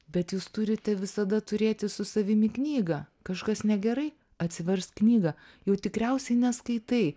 bet jūs turite visada turėti su savimi knygą kažkas negerai atsiversk knygą jau tikriausiai neskaitai